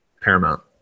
paramount